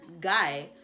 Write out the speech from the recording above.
guy